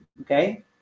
okay